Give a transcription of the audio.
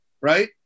right